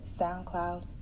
SoundCloud